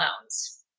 loans